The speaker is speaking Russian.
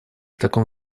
таком